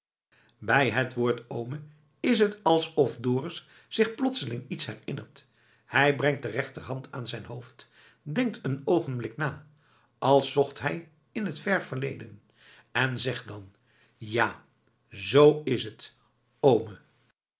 bij het woord oome is het alsof dorus zich plotseling iets herinnert hij brengt de rechterhand aan zijn hoofd denkt een oogenblik na als zocht hij in t vèr verleden en zegt dan ja zoo is t oome